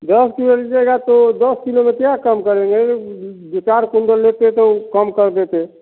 दो किलो लीजिएगा तो दो किलो में क्या कम करेंगे अरे दो चार क्विंटल लेते तो कम कर देते